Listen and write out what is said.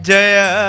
Jaya